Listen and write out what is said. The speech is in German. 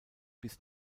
bis